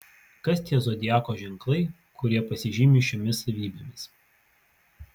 kas tie zodiako ženklai kurie pasižymi šiomis savybėmis